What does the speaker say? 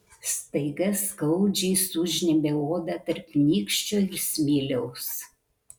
staiga skaudžiai sužnybia odą tarp nykščio ir smiliaus